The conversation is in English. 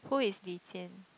who is Li-Jian